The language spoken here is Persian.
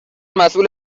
مسئول